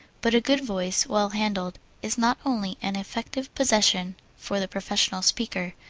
but a good voice, well handled, is not only an effective possession for the professional speaker,